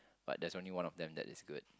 but there's only one of them that is good